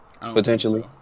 potentially